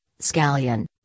scallion